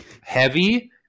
Heavy